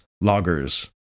loggers